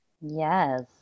Yes